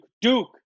Duke